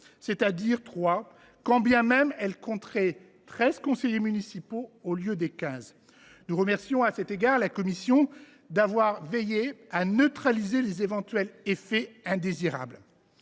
c’est à dire trois, quand bien même elles compteraient treize conseillers municipaux au lieu de quinze. Nous remercions la commission d’avoir veillé à neutraliser les éventuels effets indésirables